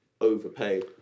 overpay